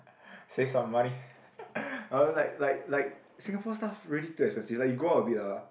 save some money ppo I don't know like like like Singapore stuff really too expensive like you go out a bit lah